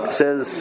says